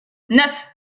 neuf